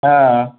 ಹಾಂ